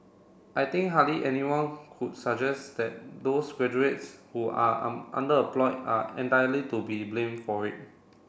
I think hardly anyone could suggest that those graduates who are are entirely to be blame for it